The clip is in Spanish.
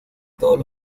todos